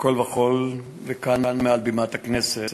מכול וכול, וכאן, מעל בימת הכנסת,